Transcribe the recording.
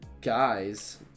guys